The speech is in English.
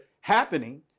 happening